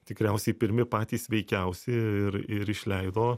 tikriausiai pirmi patys sveikiausi ir ir išleido